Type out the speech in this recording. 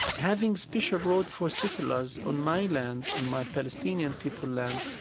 having special growth for settlers on my land, on my palestinian people land,